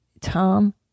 Tom